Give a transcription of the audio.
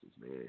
man